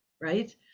right